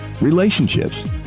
relationships